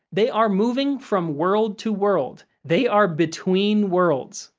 they are moving from world to world they are between worlds.